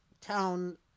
town